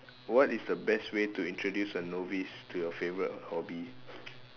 what is the best way to introduce a novice to your favourite hobby